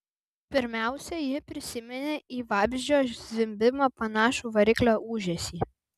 pirmiausia ji prisiminė į vabzdžio zvimbimą panašų variklio ūžesį